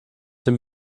den